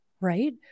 right